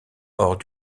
hors